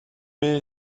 mähe